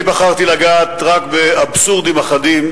אני בחרתי לגעת רק באבסורדים אחדים,